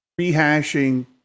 rehashing